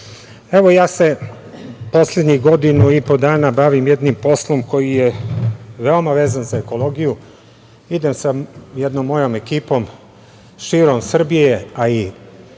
ja se poslednjih godinu i po dana bavim jednim poslom koji je veoma vezan za ekologiju. Idem sa jednom mojom ekipom širom Srbije, a i